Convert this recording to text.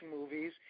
movies